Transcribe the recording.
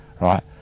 Right